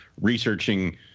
researching